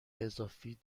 اضافی